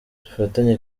dufatanye